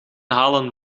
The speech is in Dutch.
halen